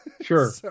Sure